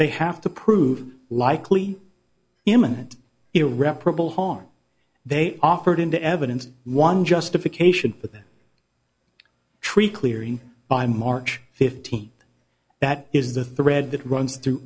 they have to prove likely imminent irreparable harm they offered into evidence one justification for the tree clearing by march fifteenth that is the thread that runs through